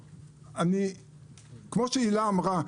כמו שאמרה המנכ"לית,